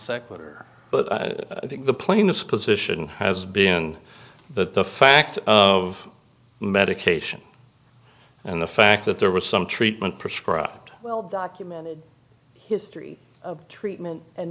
sequitur but i think the plaintiff's position has been that the fact of medication and the fact that there was some treatment prescribed well documented history of treatment and